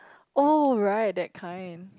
oh right that kind